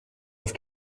auf